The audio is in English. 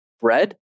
bread